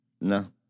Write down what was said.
No